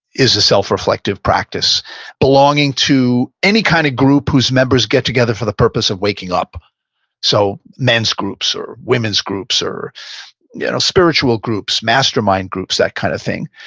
is a self reflective practice belonging to any kind of group whose members get together for the purpose of waking up so men's groups or women's groups or you know spiritual groups, mastermind groups, that kind of thing.